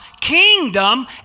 kingdom